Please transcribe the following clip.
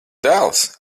dēls